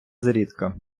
зрідка